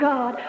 God